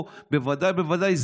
בוודאי ובוודאי,